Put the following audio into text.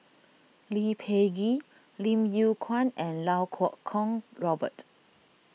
Lee Peh Gee Lim Yew Kuan and Iau Kuo Kwong Robert